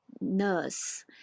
nurse